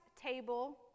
table